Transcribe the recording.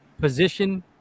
position